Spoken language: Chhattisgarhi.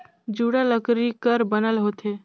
जुड़ा लकरी कर बनल होथे